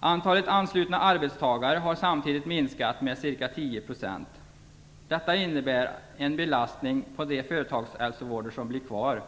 Antalet anslutna arbetstagare har samtidigt minskat med ca 10 %. Detta innebär en belastning på den företagshälsovård som blir kvar.